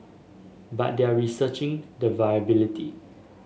but they are researching the viability